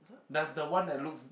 does the one that looks